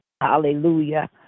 Hallelujah